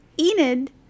Enid